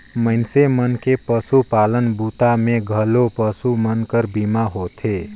मइनसे मन के पसुपालन बूता मे घलो पसु मन कर बीमा होथे